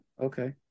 okay